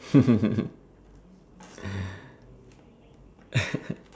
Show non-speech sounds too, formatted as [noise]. [laughs]